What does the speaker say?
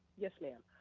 yes ma'am.